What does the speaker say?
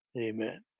Amen